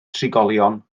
trigolion